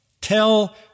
Tell